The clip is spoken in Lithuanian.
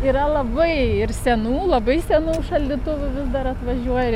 yra labai ir senų labai senų šaldytuvų vis dar atvažiuoja